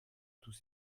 tous